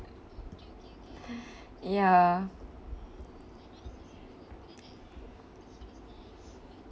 ya